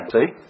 See